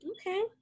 okay